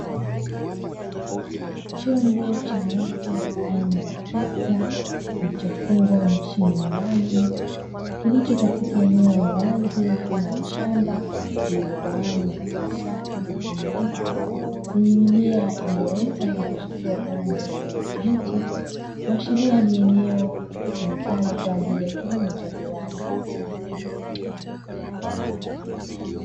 Chombo cha moto aina ya trekta kilichofungwa mashine maalumu kilicho katika eneo la wazi mfano wa shamba lililogawanywa katika safu zilizonyooka zenye mimea iliyoota na kuchipua kwa rangi ya kijani kibichi kuashiria ni eneo litumikalo kwaajili ya kilimo cha viwanda.